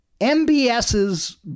MBS's